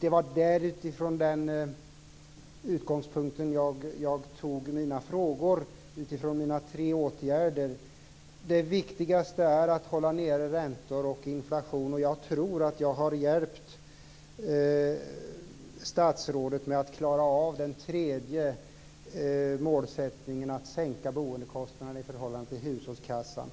Det var utifrån den utgångspunkten jag tog frågorna om mina tre åtgärder. Det viktigaste är att hålla nere räntor och inflation. Jag tror att jag har hjälpt statsrådet att klara av den tredje målsättningen, nämligen att sänka boendekostnaden i förhållande till hushållskassan.